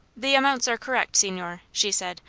the amounts are correct, signore, she said.